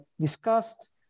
discussed